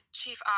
chief